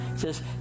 says